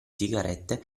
sigarette